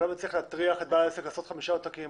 אבל למה צריך להטריח את בעל העסק לעשות חמישה עותקים?